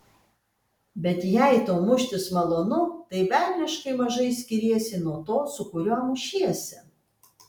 bet jei tau muštis malonu tai velniškai mažai skiriesi nuo to su kuriuo mušiesi